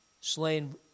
slain